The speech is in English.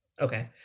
Okay